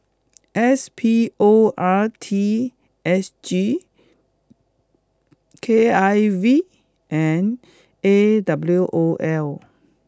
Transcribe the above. S P O R T S G K I V and A W O L